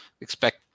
expect